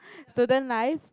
student life